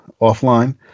offline